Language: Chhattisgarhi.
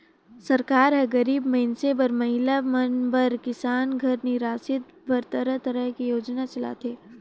सरकार हर गरीब मइनसे बर, महिला मन बर, किसान घर निरासित बर तरह तरह के योजना चलाथे